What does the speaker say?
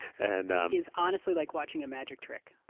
and um it's honestly like watching a magic trick.